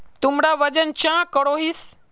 तुमरा वजन चाँ करोहिस?